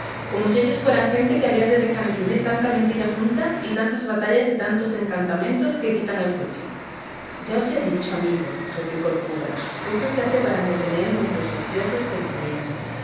como si ellos fueran gente que habían de dejar imprimir tanta mentira junta y tantas batallas y tantos encantamentos que quitan el juicio ya os he dicho amigo replicó el cura que esto se hace para entretener nuestros ociosos pensamientos